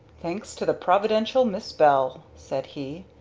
thanks to the providential miss bell, said he.